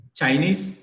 Chinese